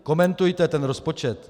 Komentujte ten rozpočet